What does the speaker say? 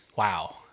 Wow